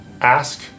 ask